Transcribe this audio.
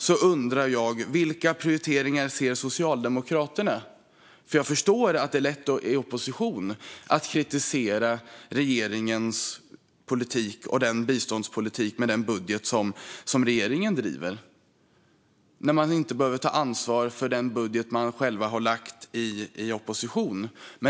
Jag undrar vilka prioriteringar Socialdemokraterna ser, för jag förstår att det är lätt att kritisera regeringens biståndspolitik och budget när man inte själv behöver ta ansvar för den budget man lägger i opposition.